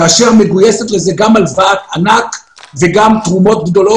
מגויסת לזה גם הלוואת ענק וגם תרומות גדולות